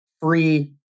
free